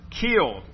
killed